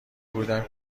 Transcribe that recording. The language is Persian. بودم